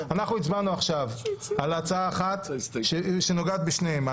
אנחנו הצבענו עכשיו על הצעה אחת שנוגעת בשניהם.